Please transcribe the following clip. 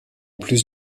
plus